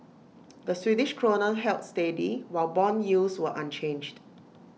the Swedish Krona held steady while Bond yields were unchanged